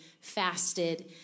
fasted